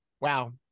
Wow